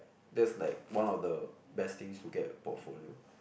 that's like one of the best things to get a portfolio